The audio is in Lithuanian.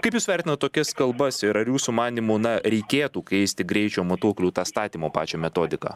kaip jūs vertinat tokias kalbas ir ar jūsų manymu na reikėtų keisti greičio matuoklių tą statymo pačią metodiką